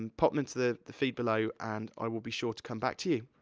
and pop em into the the feed below, and i will be sure to come back to